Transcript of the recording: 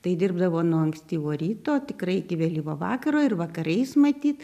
tai dirbdavo nuo ankstyvo ryto tikrai iki vėlyvo vakaro ir vakarais matyt